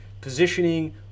positioning